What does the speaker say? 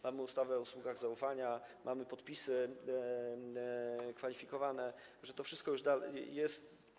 Mamy ustawę o usługach zaufania, mamy podpisy kwalifikowane, tak że to wszystko już jest.